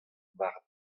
mar